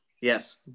Yes